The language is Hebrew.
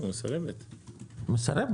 הוא מסרב, ברור.